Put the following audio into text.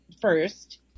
first